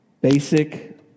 basic